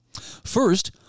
First